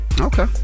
Okay